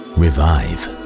revive